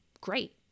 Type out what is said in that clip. great